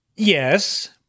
Yes